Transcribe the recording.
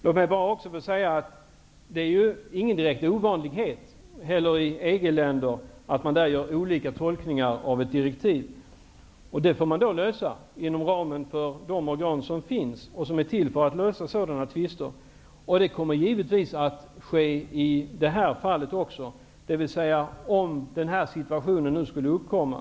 Låt mig också säga att det inte är direkt ovanligt i EG-länderna att man gör olika tolkningar av ett direktiv. Det problemet får man lösa inom ramen för de organ som är till för att lösa sådana tvister. Det kommer givetvis att ske även i ett sådant här fall om en sådan situation skulle uppkomma.